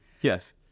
Yes